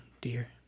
dear